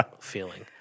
feeling